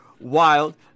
Wild